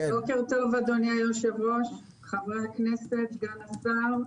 בוקר טוב אדוני היושב ראש, חברי הכנסת, סגן השר.